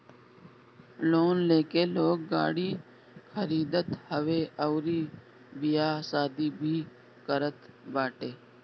loan लेके लोग गाड़ी खरीदत हवे अउरी बियाह शादी भी करत बाटे